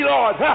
Lord